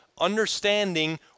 understanding